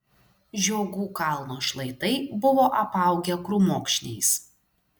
žiogų kalno šlaitai buvo apaugę krūmokšniais